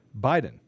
Biden